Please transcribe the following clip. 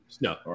No